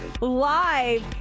live